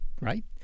right